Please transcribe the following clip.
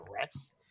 rest